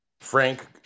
Frank